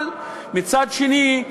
אבל מצד שני,